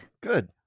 Good